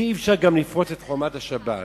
אי-אפשר גם לפרוץ את חומת השבת.